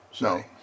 No